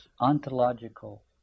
ontological